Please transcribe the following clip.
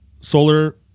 solar